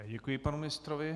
Děkuji panu ministrovi.